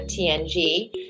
TNG